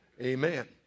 Amen